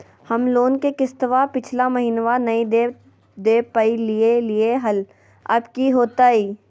हम लोन के किस्तवा पिछला महिनवा नई दे दे पई लिए लिए हल, अब की होतई?